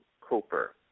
Cooper